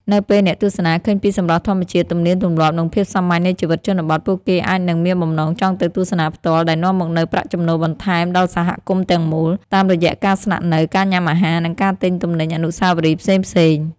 នៅពេលអ្នកទស្សនាឃើញពីសម្រស់ធម្មជាតិ ទំនៀមទម្លាប់ និងភាពសាមញ្ញនៃជីវិតជនបទ ពួកគេអាចនឹងមានបំណងចង់ទៅទស្សនាផ្ទាល់ ដែលនាំមកនូវប្រាក់ចំណូលបន្ថែមដល់សហគមន៍ទាំងមូល តាមរយៈការស្នាក់នៅ ការញ៉ាំអាហារ និងការទិញទំនិញអនុស្សាវរីយ៍ផ្សេងៗ។